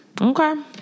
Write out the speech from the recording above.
Okay